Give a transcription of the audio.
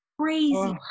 crazy